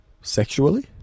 Sexually